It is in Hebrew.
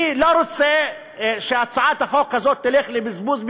אני לא רוצה שהצעת החוק הזאת תלך לבזבוז,